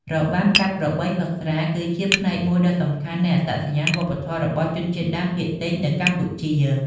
របាំកាប់ក្របីផឹកស្រា គឺជាផ្នែកមួយដ៏សំខាន់នៃអត្តសញ្ញាណវប្បធម៌របស់ជនជាតិដើមភាគតិចនៅកម្ពុជា។